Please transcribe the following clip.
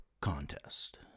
contest